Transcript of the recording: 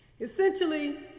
Essentially